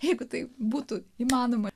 jeigu tai būtų įmanoma